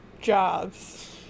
jobs